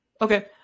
okay